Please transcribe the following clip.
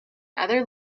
other